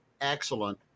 excellent